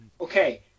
okay